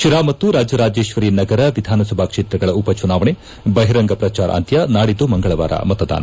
ಶಿರಾ ಮತ್ತು ರಾಜರಾಜೇಶ್ವರಿ ನಗರ ವಿಧಾನಸಭಾ ಕ್ಷೇತ್ರಗಳ ಉಪಚುನಾವಣೆ ಬಹಿರಂಗ ಪ್ರಚಾರ ಅಂತ್ಯ ನಾಡಿದ್ದು ಮಂಗಳವಾರ ಮತದಾನ